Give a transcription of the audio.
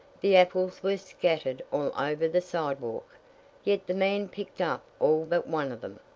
the apples were scattered all over the sidewalk yet the man picked up all but one of them,